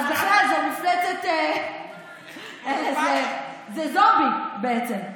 אז, בכלל, זאת מפלצת, זה זומבי בעצם.